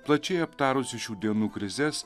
plačiai aptarusi šių dienų krizes